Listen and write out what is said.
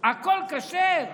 הכול כשר?